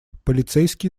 полицейские